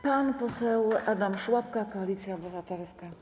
Pan poseł Adam Szłapka, Koalicja Obywatelska.